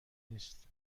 نیست